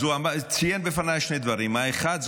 אז הוא ציין בפניי שני דברים: האחד,